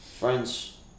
friends